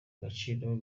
agaciro